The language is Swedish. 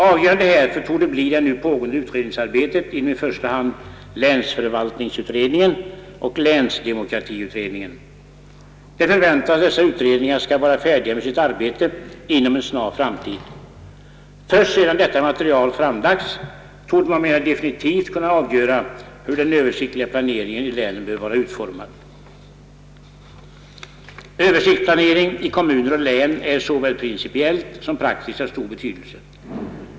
Avgörande härför torde bli det nu pågående utredningsarbetet inom i första hand länsförvaltningsutredningen och länsdemokratiutredningen. Det förväntas, att dessa utredningar skall vara färdiga med sitt arbete inom snar framtid. Först sedan detta material framlagts, torde man mera definitivt kunna avgöra hur den översiktliga planeringen i länen bör vara utformad. Översiktsplanering i kommuner och län är såväl principiellt som praktiskt av stor betydelse.